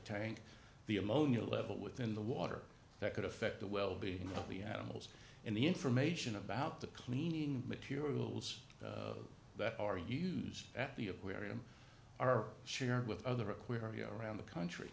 tank the ammonia level within the water that could affect the well being of the animals and the information about the cleaning materials that are used at the aquarium are shared with other aquaria around the country